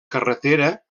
carretera